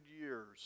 years